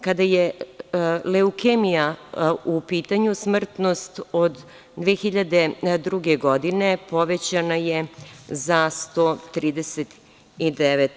Kada je leukemija u pitanju, smrtnost od 2002. godine povećana je za 139%